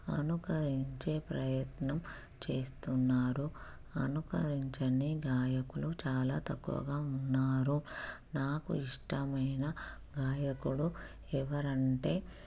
అనుకరించే ప్రయత్నం చేస్తున్నారు అనుకరించని గాయకులు చాలా తక్కువగా ఉన్నారు నాకు ఇష్టమైన గాయకుడు ఎవరు అంటే